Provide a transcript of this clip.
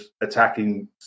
attacking